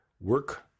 work